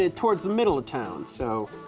ah towards the middle of town. so,